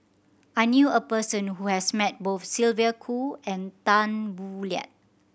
I knew a person who has met both Sylvia Kho and Tan Boo Liat